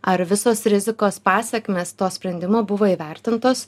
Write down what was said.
ar visos rizikos pasekmės to sprendimo buvo įvertintos